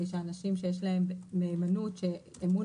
כדי שאנשים שיש להם מהימנות שאמון